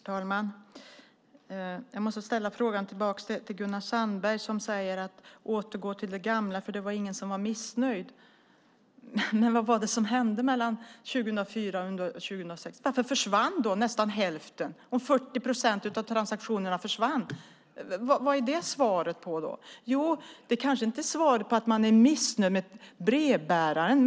Herr talman! Jag måste ställa frågan tillbaka till Gunnar Sandberg. Han pratar om att återgå till det gamla därför att det inte var någon som var missnöjd. Men vad var det som hände mellan 2004 och 2006? Varför försvann då nästan hälften? 40 procent av transaktionerna försvann. Vad är det svaret på? Det kanske inte är svaret på att man är missnöjd med brevbäraren.